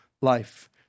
life